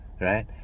Right